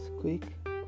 quick